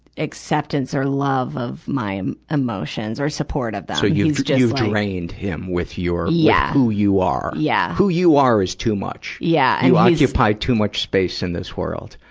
acceptance or love of my emotions or support of them. so, you've you've drained him, with your, with who you are. yeah who you are is too much. yeah you occupy too much space in this world.